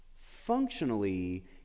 Functionally